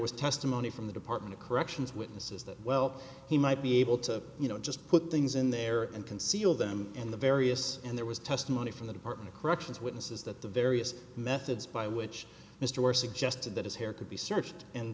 a money from the department of corrections witnesses that well he might be able to you know just put things in there and conceal them in the various and there was testimony from the department of corrections witnesses that the various methods by which mr or suggested that his hair could be searched and